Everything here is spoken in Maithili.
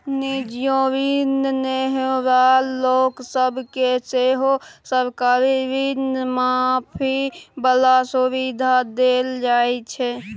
निजीयो ऋण नेनहार लोक सब केँ सेहो सरकारी ऋण माफी बला सुविधा देल जाइ छै